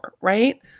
Right